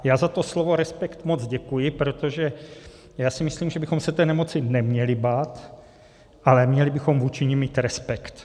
Já za to slovo respekt moc děkuji, protože si myslím, že bychom se té nemoci neměli bát, ale měli bychom vůči ní mít respekt.